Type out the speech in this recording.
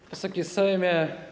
Wysoki Sejmie!